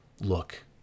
look